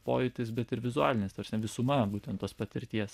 pojūtis bet ir vizualinis ta prasme visuma būtent tos patirties